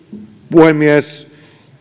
puhemies